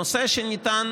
נושא שניתן